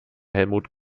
helmuth